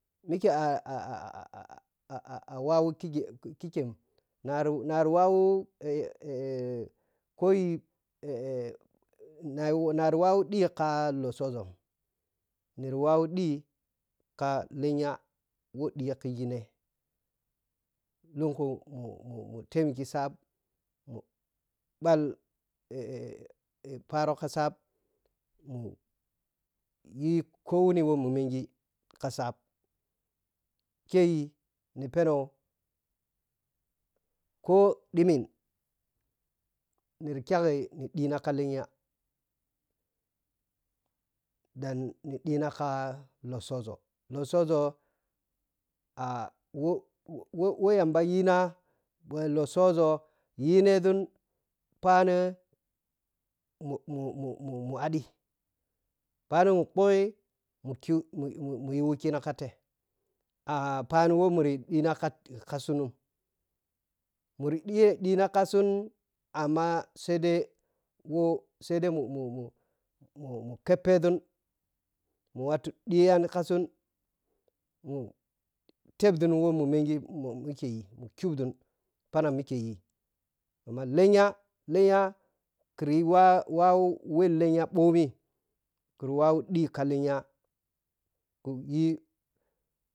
Mike a-aa-a wawu kikem kikem nari nairi wawu kayi narinari wawa ɗhika ka lotsooȝo niri wawa ɗhika lenya wo ɗhiya khigine lunku mutemighi saap mu khal pharo ka saap muyi ko wun wo mu menghi ka saap kai ni phenoh koh ɗhimini niri kyak ni dhina ka lenya ɗan ni dhinakaka lotsooȝo lotsooȝo wo wowɛ yambahta tayina totsooȝo yineȝun phaneh mumumumu ahɗhi phani mo phughku mum kwu mu mu yi wikina katei a-pheni wɔmuriyi ɗhina kafei kasun maru ɗhiye ɗhinakasun amma saidai wo si dai wo mu-mu-mu-mu khep pheȝun mu wattu ɗhi yan kaȝun mu teep ȝun wɛ mu mengi mami ke yi ma khupȝun phanang mike yi amma lenya lenya khriwaw waw wɛ lenya phgmi whawu ɗhika lenya mu yi,